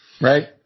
Right